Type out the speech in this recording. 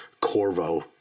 Corvo